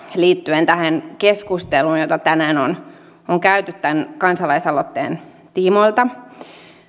liittyen tähän keskusteluun jota tänään on on käyty tämän kansalaisaloitteen tiimoilta